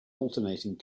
alternating